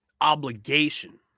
obligation